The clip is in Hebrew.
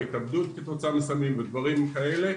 או התאבדות כתוצאה מסמים ודברים כאלה.